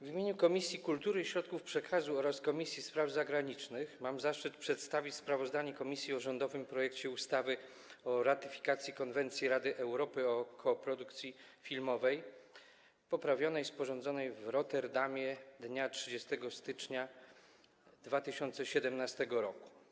W imieniu Komisji Kultury i Środków Przekazu oraz Komisji Spraw Zagranicznych mam zaszczyt przedstawić sprawozdanie komisji o rządowym projekcie ustawy o ratyfikacji Konwencji Rady Europy o koprodukcji filmowej (poprawionej), sporządzonej w Rotterdamie dnia 30 stycznia 2017 r.